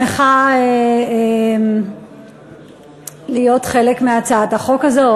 אני שמחה להיות חלק מהצעת החוק הזאת.